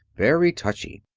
very touchy.